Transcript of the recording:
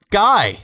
guy